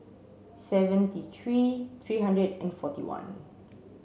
seventy three three hundred and forty one